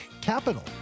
Capital